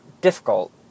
difficult